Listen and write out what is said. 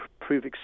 prove